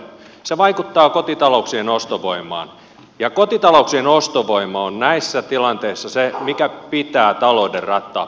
polttoainevero vaikuttaa kotitalouk sien ostovoimaan ja kotitalouksien ostovoima on näissä tilanteissa se mikä pitää talouden rattaat pyörimässä